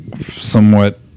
somewhat